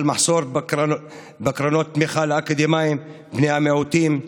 מחסור בקרנות תמיכה לאקדמאים בני המיעוטים.